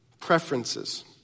preferences